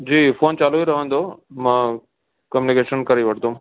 जी phone चालू ई रहंदो मां कम्यूनिकेशन करे वठंदुमि